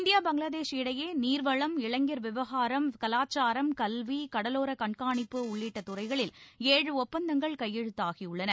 India Bangladesh இடையே நீர்வளம் இளைஞர் விவகாரம் கலாச்சாரம் கல்வி கடலோரக் கண்காணிப்பு உள்ளிட்ட துறைகளில் ஏழு ஒப்பந்தங்கள் கையெழுத்தாகியுள்ளன